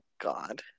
god